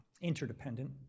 interdependent